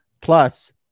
Plus